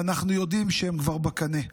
ואנחנו יודעים שהם כבר בקנה,